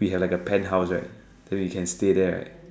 we have a penthouse right then we can stay there right